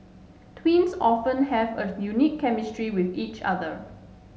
twins often have a unique chemistry with each other